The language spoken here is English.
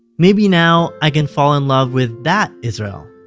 maybe now i can fall in love with that israel.